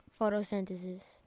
Photosynthesis